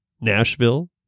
Nashville